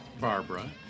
Barbara